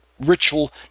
Ritual